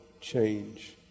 change